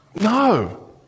no